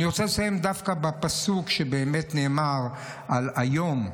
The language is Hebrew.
אני רוצה לסיים דווקא בפסוק שנאמר על היום,